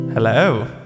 Hello